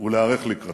ולהיערך לקראתן.